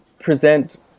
present